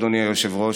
אדוני היושב-ראש,